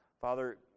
Father